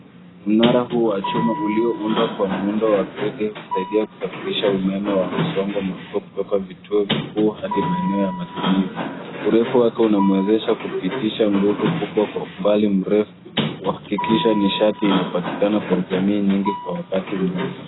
Mnara huu wa chuma ulioundwa kwa muundo wa grade A husaidia kusafirisha umeme wa msongo mkubwa kutoka vituo vikuu hadi maeneo ya matumizi urefu wake unamwezesha kupitisha nguvu kubwa kwa umbali mrefu kuhakikisha nishati inapatikana kwa jamii nyingi kwa wakati mmoja.